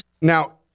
Now